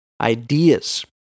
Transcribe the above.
ideas